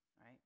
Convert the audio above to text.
right